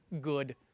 good